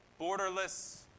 borderless